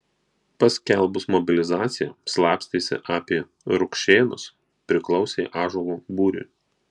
paskelbus mobilizaciją slapstėsi apie rukšėnus priklausė ąžuolo būriui